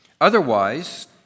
Otherwise